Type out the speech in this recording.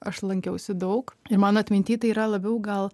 aš lankiausi daug ir man atminty tai yra labiau gal